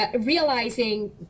realizing